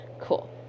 cool